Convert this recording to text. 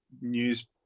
news